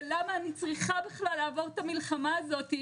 ולמה אני צריכה בכלל לעבור את המלחמה הזאת?